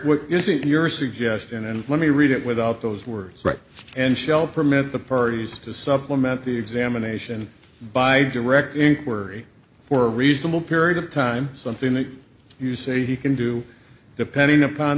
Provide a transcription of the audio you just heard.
what is it your suggestion and let me read it without those words right and shell permit the parties to supplement the examination by direct inquiry for a reasonable period of time something that you say he can do depending upon